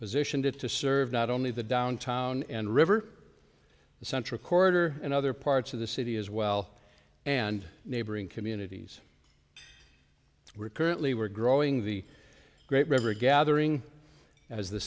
positioned it to serve not only the downtown and river central corridor and other parts of the city as well and neighboring communities we're currently we're growing the great river gathering as the